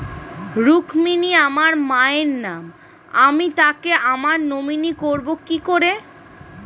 রুক্মিনী আমার মায়ের নাম আমি তাকে আমার নমিনি করবো কি করে?